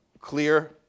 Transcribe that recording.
clear